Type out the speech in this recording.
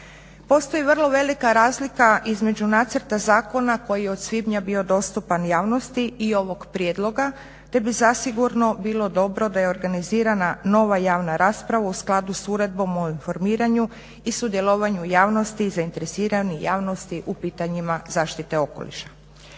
Postoji vrlo velika razlika između nacrta zakona koji je od svibnja bio dostupan javnosti i ovog prijedloga te bi zasigurno bilo dobro da je organizirana nova javna rasprava u skladu sa uredbom o informiranju i sudjelovanju javnosti i zainteresiranosti javnosti u pitanjima zaštite okoliša.